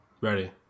Ready